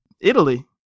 Italy